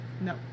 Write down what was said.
No